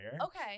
Okay